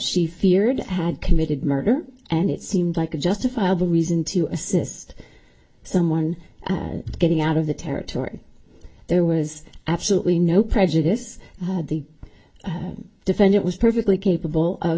she feared had committed murder and it seemed like a justifiable reason to assist someone getting out of the territory there was absolutely no prejudice the defendant was perfectly capable of